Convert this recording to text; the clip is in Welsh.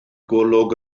golwg